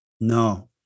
no